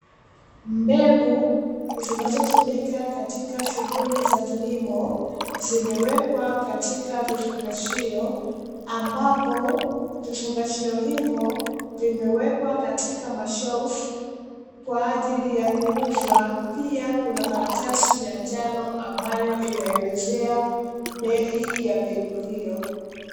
Mbegu zinazotumika katika shuhuli ya kilimo, zimewekwa katika vifungashio ambapo vifungashio ivo vimewekwa katika mashelfu kwa ajili ya kuuzwa pia kuna makaratasi ya njano ambayo inaelezea bei ya mbegu hio.